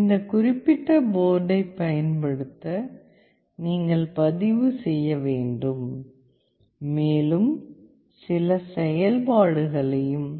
இந்த குறிப்பிட்ட போர்டைப் பயன்படுத்த நீங்கள் பதிவு செய்ய வேண்டும் மேலும் சில செயல்பாடுகளையும்